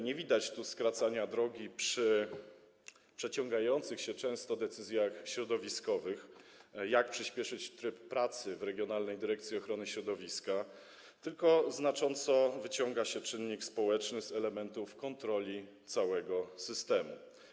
Nie widać tu skracania drogi przy przeciągających się często decyzjach środowiskowych, jak przyspieszyć tryb pracy w Regionalnej Dyrekcji Ochrony Środowiska, tylko znacząco wyciąga się czynnik społeczny z elementów kontroli całego systemu.